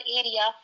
area